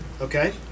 Okay